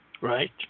right